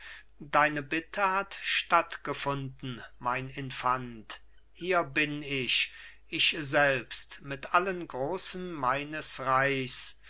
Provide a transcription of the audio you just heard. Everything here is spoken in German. deine bitte hat statt gefunden mein infant hier bin ich ich selbst mit allen großen meines reichs